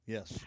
Yes